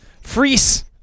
Freeze